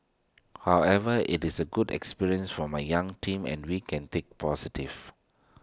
however IT is A good experience for my young team and we can take positives